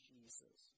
Jesus